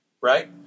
right